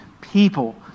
people